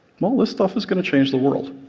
well, this stuff is going to change the world.